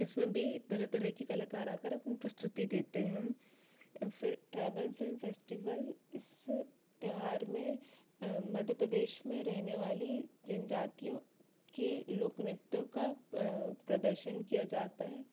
इसमें भी तरह तरह के कलाकार आ कर अपनी प्रस्तुति देते है फिर ट्राइबल फिल्म फेस्टिवल इस त्यौहार में मध्य प्रदेश में रहने वाली जनजातियों की लोक नृत्यों का प्रदर्शन किया जाता है